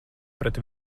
pret